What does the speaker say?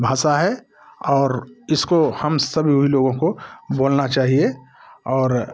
भाषा है और इसको हम सब सभी लोगों को बोलना चाहिए और